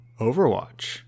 Overwatch